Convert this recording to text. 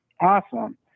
Awesome